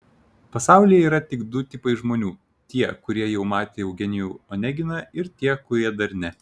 pasaulyje yra tik du tipai žmonių tie kurie jau matė eugenijų oneginą ir tie kurie dar ne